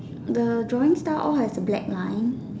the drawing star all has a black line